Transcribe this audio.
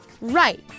Right